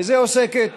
בזה עוסקת